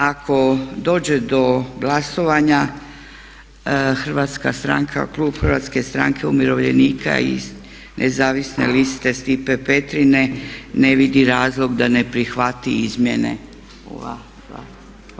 Ako dođe do glasovanja hrvatska stranka, klub Hrvatske stranke umirovljenika i nezavisne liste Stipe Petrine ne vidi razloga da ne prihvati izmjene ovoga zakona.